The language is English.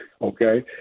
Okay